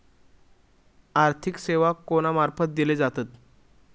आर्थिक सेवा कोणा मार्फत दिले जातत?